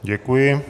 Děkuji.